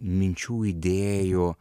minčių idėjų